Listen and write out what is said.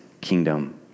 kingdom